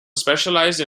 specialized